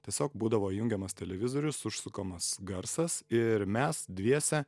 tiesiog būdavo įjungiamas televizorius užsukamas garsas ir mes dviese